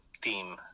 team